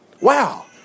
Wow